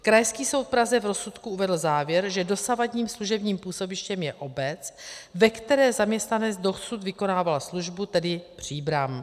Krajský soud v Praze v rozsudku uvedl závěr, že dosavadním služebním působištěm je obec, ve které zaměstnanec dosud vykonával službu, tedy Příbram.